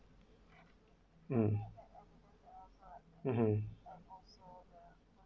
um mmhmm